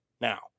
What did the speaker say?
now